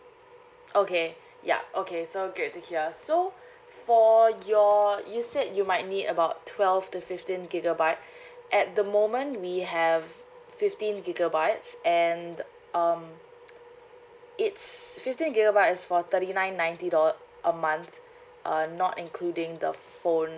okay yup okay so great to hear so for your you said you might need about twelve to fifteen gigabyte at the moment we have fifteen gigabytes and um it's fifteen gigabyte is for thirty nine ninety dollar a month uh not including the phone